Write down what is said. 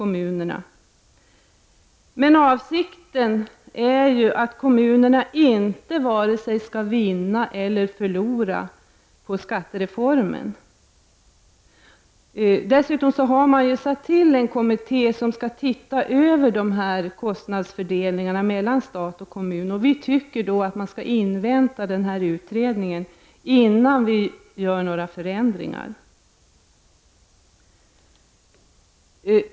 Men avsikten är ju att kommunerna inte vare sig skall vinna eller förlora på skattereformen. Dessutom har en kommitté tillsatts som skall se över kostnadsfördelningen emellan staten och kommunerna. Utskottsmajoriteten anser att denna utredning skall inväntas innan några förändringar görs.